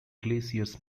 glaciers